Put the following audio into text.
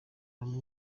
bamwe